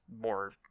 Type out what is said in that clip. more